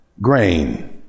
grain